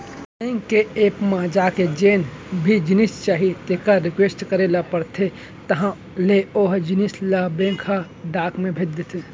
bank के app म जाके जेन भी जिनिस चाही तेकर रिक्वेस्ट करे ल परथे तहॉं ले ओ जिनिस ल बेंक ह डाक म भेज देथे